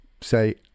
say